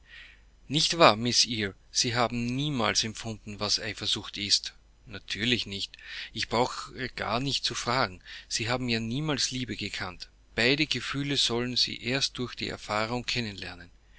nicht wahr miß eyre sie haben niemals empfunden was eifersucht ist natürlich nicht ich brauche gar nicht zu fragen sie haben ja niemals liebe gekannt beide gefühle sollen sie erst durch die erfahrung